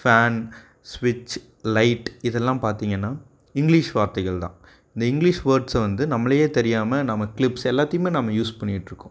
fan ஸ்விட்ச் light இதெல்லாம் பார்த்தீங்கனா இங்கிலிஷ் வார்த்தைகள் தான் இந்த இங்கிலிஷ் வேர்ட்ஸ் வந்து நம்மளையே தெரியாமல் நம்ம கிளிப்ஸ் எல்லாத்தையுமே நாம யூஸ் பண்ணிவிட்டு இருக்கோம்